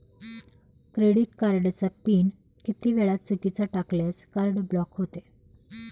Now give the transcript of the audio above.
Credit कार्डचा PIN किती वेळा चुकीचा टाकल्यास कार्ड ब्लॉक होते?